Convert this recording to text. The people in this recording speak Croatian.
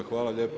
Hvala lijepo.